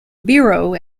biro